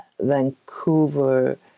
Vancouver